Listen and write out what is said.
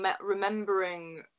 remembering